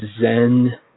Zen